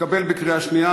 התקבל בקריאה שנייה.